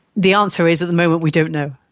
the answer is at the moment we don't know.